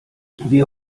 wir